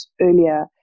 earlier